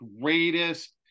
greatest